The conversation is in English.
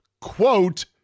quote